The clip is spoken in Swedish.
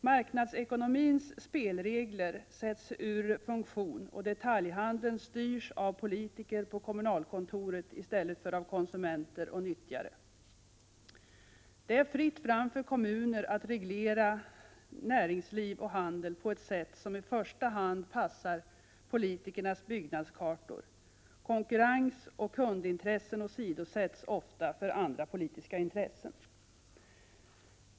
Marknadsekonomins spelregler sätts ur funktion och detaljhandeln styrs av politiker på kommunalkontoret i stället för av konsumenter och nyttjare. Det är fritt fram för kommuner att reglera näringsliv och handel på ett sätt som i första hand passar politikernas byggnadskartor. Konkurrens och kundintressen åsidosätts ofta för andra politiska intressen.